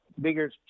bigger